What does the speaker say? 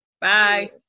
bye